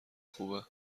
خوبه